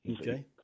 Okay